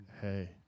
hey